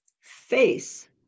face